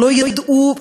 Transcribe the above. לא ידעו,